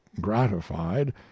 gratified